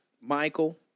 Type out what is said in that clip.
Michael